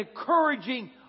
encouraging